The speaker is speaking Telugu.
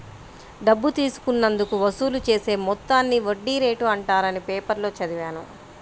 డబ్బు తీసుకున్నందుకు వసూలు చేసే మొత్తాన్ని వడ్డీ రేటు అంటారని పేపర్లో చదివాను